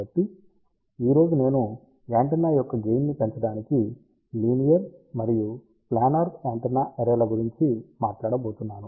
కాబట్టి ఈ రోజు నేను యాంటెన్నా యొక్క గెయిన్ ని పెంచడానికి లీనియర్ మరియు ప్లానార్ యాంటెన్నా అర్రే ల గురించి మాట్లాడబోతున్నాను